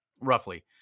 roughly